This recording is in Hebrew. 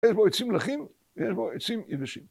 יש בו עצים לחים ויש בו עצים יבשים.